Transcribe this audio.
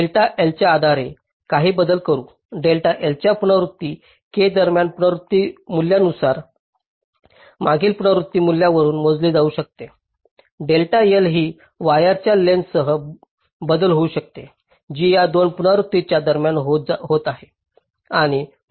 delta Lच्या आधारे काही बदल करून डिल्टा L या पुनरावृत्ती k दरम्यानच्या पुनरावृत्ती मूल्यातून मागील पुनरावृत्ती मूल्यावरून मोजले जाऊ शकते डेल्टा L ही वायरच्या लेंग्थसत बदल होऊ शकते जी या दोन पुनरावृत्तीच्या दरम्यान होत आहे